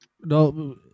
No